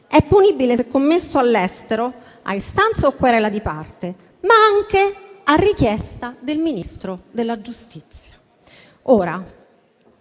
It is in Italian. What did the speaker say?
è punibile se commesso all'estero a istanza o querela di parte, ma anche a richiesta del Ministro della giustizia. Ora,